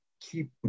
keep